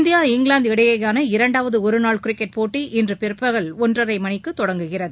India England இடையேயான இரண்டாவது ஒருநாள் கிரிக்கெட் போட்டி இன்று பிற்பகல் ஒன்றரை மணிக்கு தொடங்குகிறது